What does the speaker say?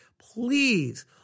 please